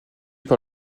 par